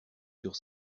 sur